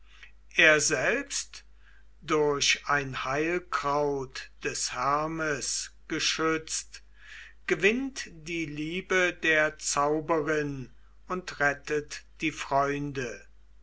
er selbst durch ein heilkraut des hermes geschützt gewinnt die liebe der zauberin und rettet die freunde